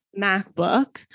MacBook